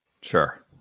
Sure